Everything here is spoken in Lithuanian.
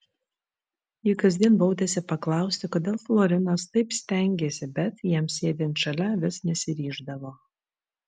ji kasdien baudėsi paklausti kodėl florinas taip stengiasi bet jam sėdint šalia vis nesiryždavo